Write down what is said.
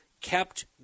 kept